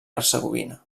hercegovina